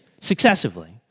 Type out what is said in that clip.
successively